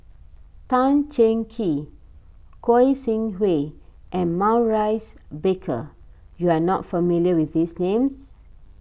Tan Cheng Kee Goi Seng Hui and Maurice Baker you are not familiar with these names